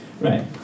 Right